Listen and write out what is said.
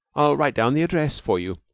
i'll write down the address for you,